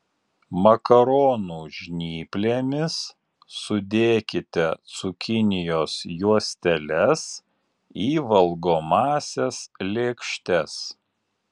makaronų žnyplėmis sudėkite cukinijos juosteles į valgomąsias lėkštes